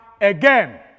again